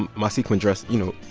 um my sequined dress you know,